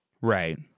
Right